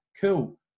cool